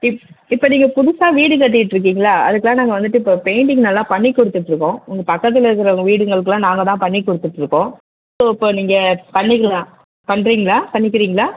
இப் இப்போ நீங்கள் புதுசாக வீடு கட்டிட்ருக்கீங்களா அதுக்கு தான் நாங்கள் வந்துவிட்டு இப்போ பெயிண்டிங் நல்லா பண்ணி கொடுத்துட்ருக்கோம் உங்கள் பக்கத்தில் இருக்கிற வீடுங்களுக்குலாம் நாங்கள் தான் பண்ணி கொடுத்துட்ருக்கோம் ஸோ இப்போ நீங்கள் பண்ணிக்கலாம் பண்ணுறீங்களா பண்ணிக்கிறீங்களா